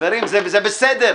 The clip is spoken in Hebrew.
זה בסדר.